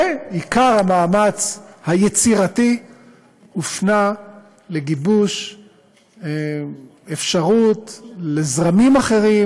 עיקר המאמץ היצירתי הופנה לגיבוש אפשרות לזרמים אחרים,